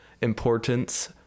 importance